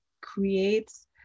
creates